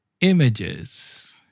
Images